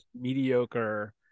mediocre